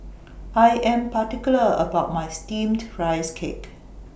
I Am particular about My Steamed Rice Cake